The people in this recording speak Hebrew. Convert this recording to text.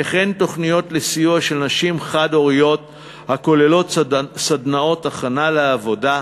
וכן תוכניות לסיוע לנשים חד-הוריות הכוללות סדנאות הכנה לעבודה,